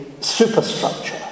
superstructure